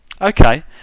okay